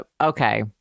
Okay